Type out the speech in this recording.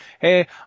hey